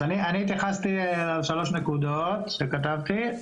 אז אני התייחסתי לשלוש נקודות שכתבתי.